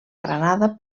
granada